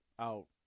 out